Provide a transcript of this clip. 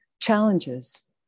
challenges